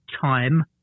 time